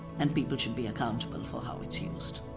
and people should be accountable for how it's used.